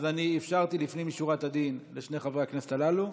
אז אני אפשרתי לפנים משורת הדין לשני חברי הכנסת הללו,